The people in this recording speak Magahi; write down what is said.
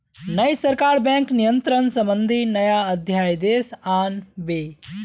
नई सरकार बैंक नियंत्रण संबंधी नया अध्यादेश आन बे